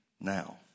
now